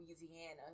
louisiana